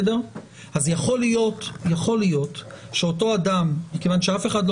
יכול להיות שאותו אדם - מכיוון שאף אחד לא